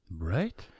Right